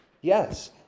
Yes